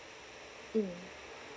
mm